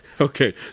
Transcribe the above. okay